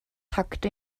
tucked